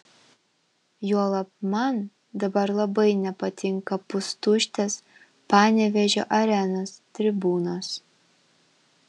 juolab man dabar labai nepatinka pustuštės panevėžio arenos tribūnos